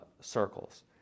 circles